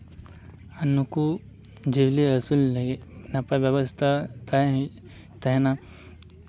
ᱟᱨ ᱱᱩᱠᱩ ᱡᱤᱭᱟᱹᱞᱤ ᱟᱹᱥᱩᱞ ᱞᱟᱹᱜᱤᱫ ᱱᱟᱯᱟᱭ ᱵᱮᱵᱚᱥᱛᱷᱟ ᱛᱟᱦᱮᱸ ᱛᱟᱦᱮᱱᱟ